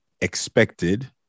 expected